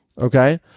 Okay